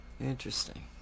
Interesting